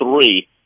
three